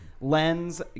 lens